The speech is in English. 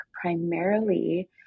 primarily